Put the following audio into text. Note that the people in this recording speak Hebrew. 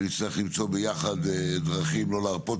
ונצטרך למצוא ביחד דרכים לא להרפות